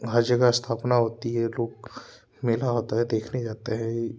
हर जगह स्थापना होती है लोग मेला होता है देखने जाते हैं यही